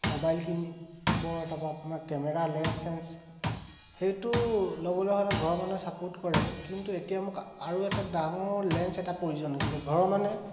mobile কিনিব তাপা আপোনাৰ কেমেৰা লেঞ্চ চেন্স সেইটো ল'বলৈ হ'লে ঘৰৰ মানুহে ছাপৰ্ট কৰে কিন্তু এতিয়া মোক আৰু এটা ডাঙৰ লেন্স এটা প্ৰয়োজন হৈছিলে ঘৰৰ মানুহে